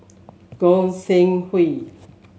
Goi Seng Hui